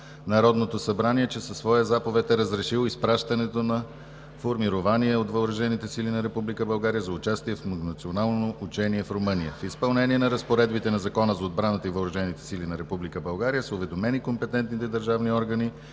Народното събрание, че със своя заповед е разрешил изпращането на формирования от Въоръжените сили на Република България за участие в многонационално учение в Румъния. В изпълнение на разпоредбите на Закона за отбраната и въоръжените сили на Република България са уведомени компетентните държавни органи.